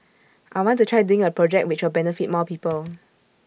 I want to try doing A project which will benefit more people